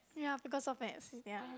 ya because of Maths ya